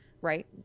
right